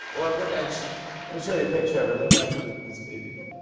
let me show you a picture of her. look how cute this baby is.